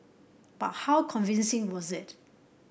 but how convincing was it